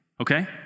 Okay